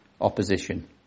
opposition